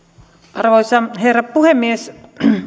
arvoisa herra puhemies